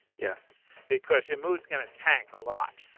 yeah because your mood is going to tank a lot.